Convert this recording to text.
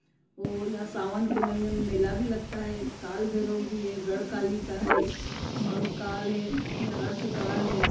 और यहाँ सावन के महीने में मेला भी लगता है काल भैरव भी है गड़ कालिका है महाकाल है यहाँ अर्धकाल है